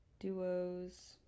duos